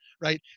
right